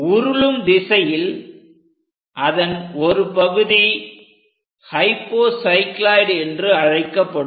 உருளும் திசையில் அதன் ஒரு பகுதி ஹைபோசைக்ளோயிட் என்று அழைக்கப்படும்